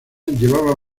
llevaba